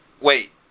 Wait